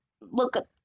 look